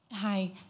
Hi